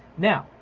now,